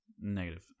Negative